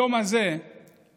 היום הזה התממש